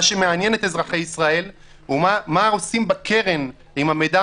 מה שמעניין את אזרחי ישראל הוא מה הם עושים בקרן עם המידע